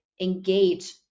engage